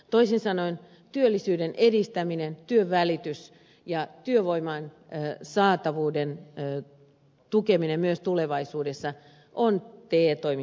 toisin sanoen työllisyyden edistäminen työnvälitys ja työvoiman saatavuuden tukeminen myös tulevaisuudessa on te toimistojen tehtävä